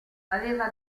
aveva